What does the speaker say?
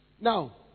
Now